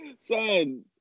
Son